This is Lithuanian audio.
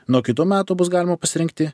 nuo kitų metų bus galima pasirinkti